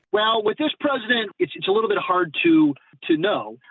well, with this president it's it's a little bit hard to to know.